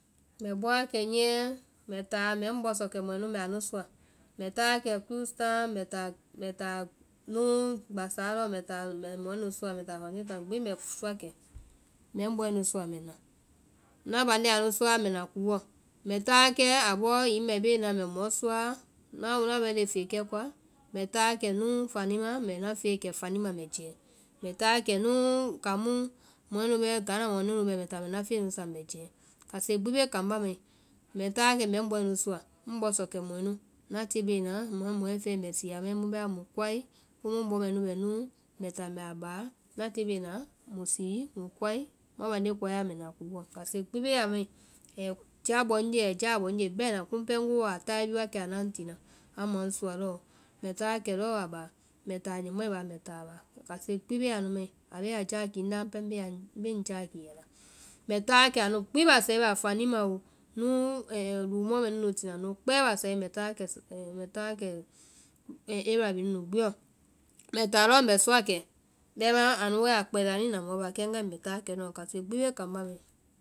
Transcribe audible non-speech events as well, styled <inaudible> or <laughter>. Mbɛ bɔ wa kɛ niyɛ mbɛ táa mbɛ ŋ bɔ sɔ kɛ mɔɛ nu mbɛ a nu sua, mbɛ táa wakɛ kus town, mbɛ táa <hesitation> me táa núu gbassaa lɔ mbɛ táa mbɛ mɔɛ nu sua, mbɛ fataŋ town gbi mbɛ sua suakɛ, mbɛ ŋ bɔɛ nu sua mbɛ na, ŋna bandee anu suaa mbɛ na kuwɔ. Mbɛ táa wa kɛ abɔɔ hiŋi ŋbɛ bee na mbɛ mɔ suaa, ŋna lɔlee fekɛ koa, mbɛ táa wa kɛ núu fanima mbɛ na feekɛ fanima mbɛ jɛɛ, mbɛ táa wa kɛ núu kaŋ mu mɔɛ nu bɛ, ghana mɔɛ nu bɛ mbɛ táa mbɛ ŋna feŋɛ nu saŋ mbɛ jɛɛ. Kase gbi bee kambá mai, mbɛ táa wa kɛ mbɛ ŋ bɔɛ nu sua, ŋ bɔ sɔkɛ mɔɛ nu, ŋna tie bee na, mɔ mɔɛ fɛɛ mbɛ táa muĩ sii muĩ koa, komu ŋ bɔ mɛɛ nu bɛ núu, mbɛ táa mbɛ a baa, ŋna tie bee na muĩ sii, muĩ koe, muã bande koea mbɛ na kuuɔ. Kase gbi bee a mai, ai jáa ŋnye ai jáa bɔ ŋnye bɛna, komu pɛɛ ŋ wooa i taye bi wa kɛ a naã ŋ tina amu a ŋ sua lɔɔ, mbɛ táa wa kɛ lɔ a baa, mbɛ táa a nyɔmɔɛ baa, mbɛ táa a baa. Kase gbi bee anu mai, abee a jáa kii ŋnda, ŋ pɛɛ mbe ŋ jáa kii ala. Mbɛ táa wa kɛ anu gbí base baa, fanima oo, túu <hesitation> lúúmɔ mɛ nu nu tina nu kpɛɛ basae mbɛ táa wa kɛ <hesitation> mbɛ táa wa kɛ area mɛnu gbiɔ, mbɛ táa lɔɔ mbɛ suakɛ, bɛmaã anu wae kpɛlɛ anuĩ na mɔ baa kɛ ŋgae mbɛ táa wa kɛ nu, kase gbi bee kambá mai.